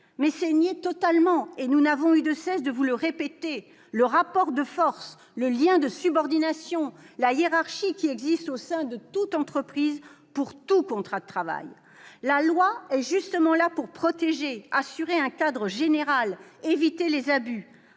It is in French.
mais c'est nier totalement, nous n'avons eu de cesse de le répéter, le rapport de force, le lien de subordination, la hiérarchie qui existent au sein de toute entreprise, pour tout contrat de travail. La loi est justement là pour protéger, fixer un cadre général, éviter les abus.